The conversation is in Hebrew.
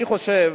אני חושב,